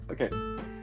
Okay